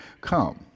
come